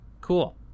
cool